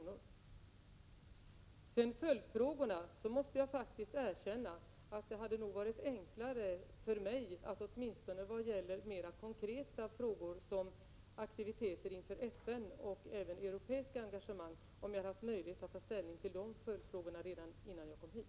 Vad beträffar följdfrågorna måste jag erkänna att det hade varit enklare för mig, åtminstone vad gäller mera konkreta frågor som aktiviteter inom FN och även europeiska engagemang, om jag haft möjlighet att ta ställning till dessa följdfrågor redan innan jag kom hit.